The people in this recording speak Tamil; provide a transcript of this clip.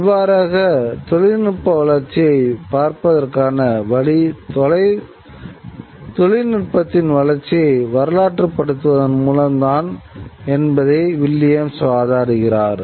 இவ்வாறாக தொழில்நுட்ப வளர்ச்சியைப் பார்ப்பதற்கான வழி தொழில்நுட்பத்தின் வளர்ச்சியை வரலாற்றுப்படுத்துவதன் மூலம் தான் என்பதை வில்லியம்ஸ் வாதிடுகிறார்